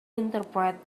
interpret